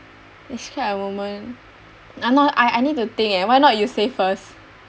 describe a moment I not I I need to think leh why not you say first